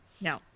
No